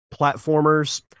platformers